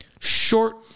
short